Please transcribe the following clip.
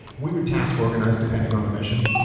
we would task organize depending on the mission.